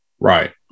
Right